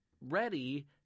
ready